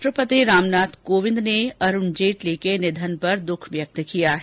राष्ट्रपति रामनाथ कोविंद ने अरुण जेटली के निधन पर दुख व्यक्त किया है